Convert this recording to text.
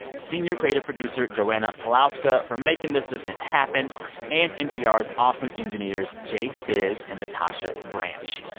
senior creator producer joanna pawlowska for making this event happen and npr's awesome engineers, jay sizz and natasha branch.